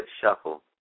shuffle